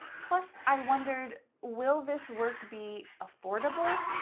plus, i wondered, will this work be affordable,